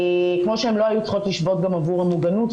כמו שהן לא היו צריכות לשבות גם עבור המוגנות,